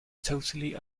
totally